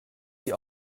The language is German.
die